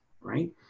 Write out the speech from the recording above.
right